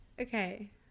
okay